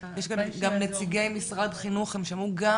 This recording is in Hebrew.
יש גם נציגי משרד החינוך השם שמעו גם